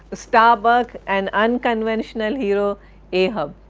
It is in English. starbuck and unconventional hero ahab